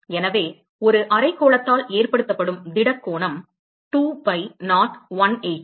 எனவே ஒரு அரைக்கோளத்தால் ஏற்படுத்தப்படும் திட கோணம் 2 பை நாட் 180